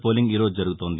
polling ఈ రోజు జరుగుతోంది